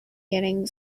getting